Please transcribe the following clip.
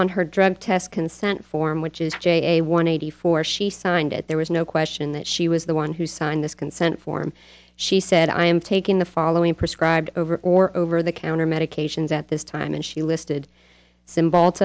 on her drug test consent form which is j one eighty four she signed it there was no question that she was the one who signed this consent form she said i am taking the following prescribe over or over the counter medications at this time and she listed cymb